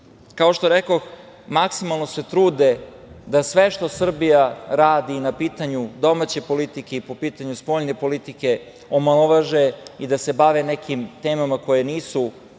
što rekoh, maksimalno se trude da sve što Srbija radi na pitanju domaće politike i po pitanju spoljne politike omalovaže i da se bave nekim temama koje nisu